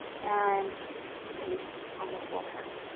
and eight on the full hip.